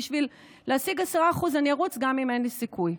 בשביל להשיג 10% אני ארוץ גם אם אין לי סיכוי.